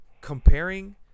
comparing